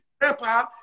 grandpa